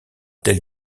tel